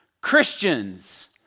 Christians